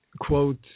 quote